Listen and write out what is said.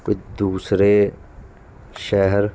ਕੋਈ ਦੂਸਰੇ ਸ਼ਹਿਰ